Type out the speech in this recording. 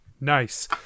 nice